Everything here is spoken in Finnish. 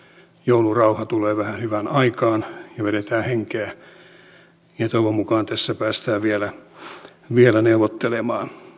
joulurauha tulee vähän hyvään aikaan ja vedetään henkeä ja toivon mukaan tässä päästään vielä neuvottelemaan